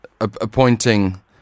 appointing